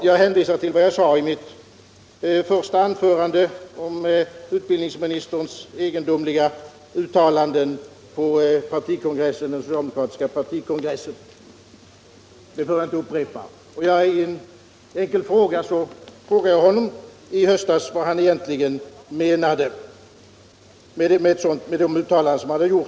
Jag hänvisar till vad jag sade i mitt första anförande om utbildningsministerns egendomliga uttalanden på den socialdemokratiska partikongressen. Det behöver jag inte upprepa. I en enkel fråga i höstas frågade jag honom vad han egentligen menade med sina uttalanden.